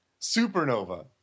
Supernova